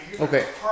Okay